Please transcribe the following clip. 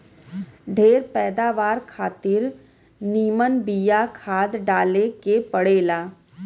ढेर पैदावार खातिर निमन बिया खाद डाले के पड़ेला